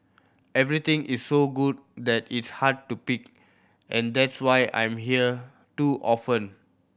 everything is so good that it's hard to pick and that's why I'm here too often